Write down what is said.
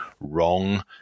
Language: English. wrong